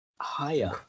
higher